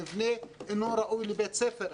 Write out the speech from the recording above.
המבנה אינו ראוי לבית ספר.